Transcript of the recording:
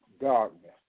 darkness